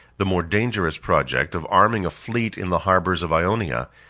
the more dangerous project of arming a fleet in the harbors of ionia,